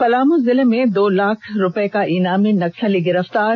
पलामू जिले में दो लाख का ईनामी नक्सली गिरफ्तार